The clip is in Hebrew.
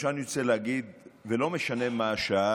עכשיו אני לא רוצה להגיד, ולא משנה מה השעה,